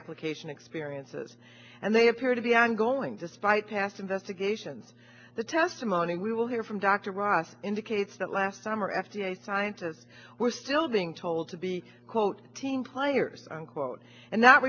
application experiences and they appear to be ongoing despite past investigations the testimony we will hear from dr ross indicates that last summer f d a scientists were still being told to be quote team players unquote and